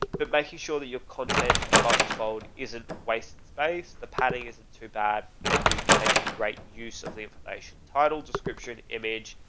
but making sure that your content above the fold isn't wasted space. the pattern isn't too bad and you're making great use of the information, title, description, image,